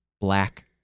black